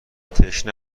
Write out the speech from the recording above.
تشنه